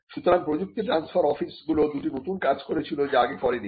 সুতরাং প্রযুক্তি transfer office গুলি দুটি নতুন কাজ করেছিল যা আগে করে নি